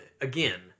again